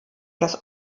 das